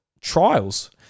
trials